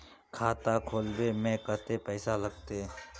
खाता खोलबे में कते पैसा लगते?